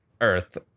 Earth